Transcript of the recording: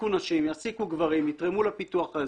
יעסיקו נשים, יעסיקו גברים, יתרמו לפיתוח האזורי.